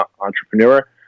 entrepreneur